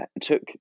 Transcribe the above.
took